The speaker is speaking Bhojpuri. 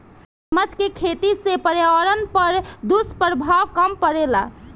मगरमच्छ के खेती से पर्यावरण पर दुष्प्रभाव कम पड़ेला